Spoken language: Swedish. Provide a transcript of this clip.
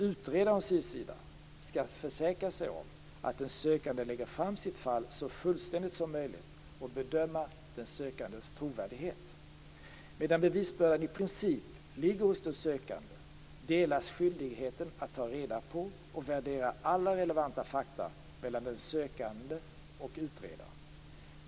Utredaren skall å sin sida försäkra sig om att den sökande lägger fram sitt fall så fullständigt som möjligt och bedöma den sökandes trovärdighet. Medan bevisbördan i princip ligger hos den sökande delas skyldigheten att ta reda på och värdera alla relevanta fakta mellan den sökande och utredaren.